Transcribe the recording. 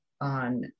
on